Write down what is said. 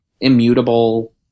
immutable